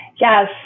Yes